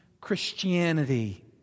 Christianity